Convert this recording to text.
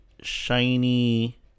shiny